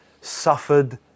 suffered